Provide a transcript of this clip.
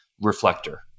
reflector